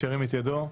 שירים את ידו.